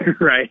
Right